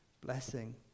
blessing